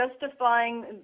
justifying